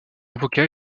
avocat